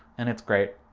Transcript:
and it's great.